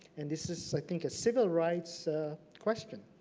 and this is i think a civil rights question.